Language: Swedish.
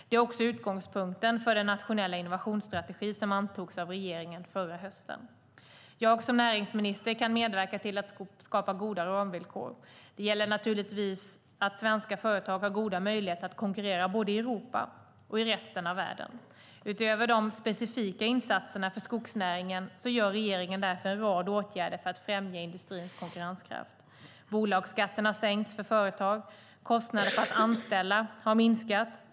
Det är också utgångspunkten för den nationella innovationsstrategi som antogs av regeringen förra hösten. Jag som näringsminister kan medverka till att skapa goda ramvillkor. Det gäller naturligtvis att svenska företag har goda möjligheter att konkurrera både i Europa och i resten av världen. Utöver de specifika insatserna för skogsnäringen gör regeringen därför en rad åtgärder för att främja industrins konkurrenskraft. Bolagsskatten har sänkts för företag, och kostnaderna för att anställa har minskat.